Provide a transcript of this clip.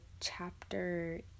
chapter